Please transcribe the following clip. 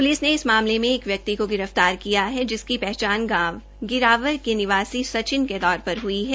police ने इस मामले मे एक व्यक्ति को गिरफ्तार किया है जिसकी पहचान गांव गिरावर के निवासी सचिन के तौर पर हुई है